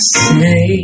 say